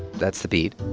that's the beat